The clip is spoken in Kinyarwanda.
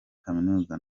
kaminuza